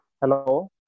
hello